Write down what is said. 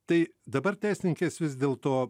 tai dabar teisininkės vis dėlto